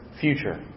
future